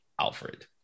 Alfred